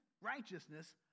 righteousness